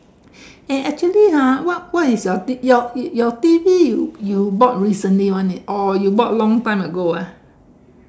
eh actually ha what what is your T your your T_V you you bought recently one it or you bought long time ago ah